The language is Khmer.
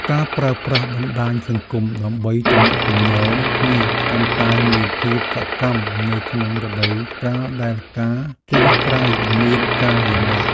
ការប្រើប្រាស់បណ្ដាញសង្គមដើម្បីទំនាក់ទំនងគ្នាកាន់តែមានភាពសកម្មនៅក្នុងរដូវកាលដែលការចេញក្រៅមានការលំបាក។